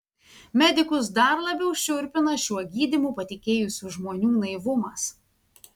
medikus dar labiau šiurpina šiuo gydymu patikėjusių žmonių naivumas